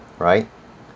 right